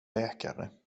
läkare